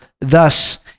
thus